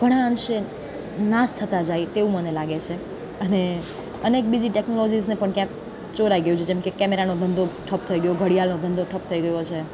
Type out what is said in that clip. ઘણા અંશે નાશ થતા જાય તેવું મને લાગે છે અને અનેક બીજી ટેક્નોલોજીસને પણ ક્યાંક ચોરાઈ ગયું છે જેમકે કેમેરાનો ધંધો ઠપ થઈ ગયો ઘડિયાળનો ધંધો ઠપ થઈ ગયો છે